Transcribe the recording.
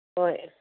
ꯍꯣꯏ